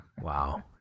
Wow